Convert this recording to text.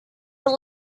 were